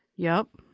yep,